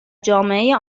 جامعه